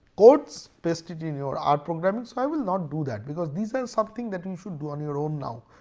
codes, paste it in your our r programming. so i will not do that because these are something that you should do on your own now.